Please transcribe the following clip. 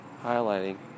highlighting